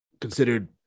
considered